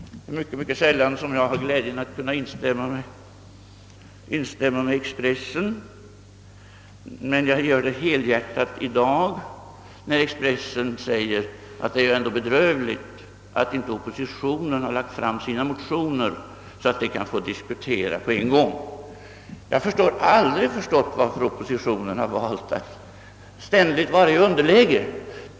Jag har ytterligt sällan glädjen att kunna instämma med Expressen, men jag vill göra det helhjärtat i dag när tidningen säger, att det ju ändå är bedrövligt att inte oppositionen har lagt fram sina motioner så att man kan få diskutera dem på en gång. Jag har aldrig förstått varför oppositionen har valt att ständigt vara i underläge.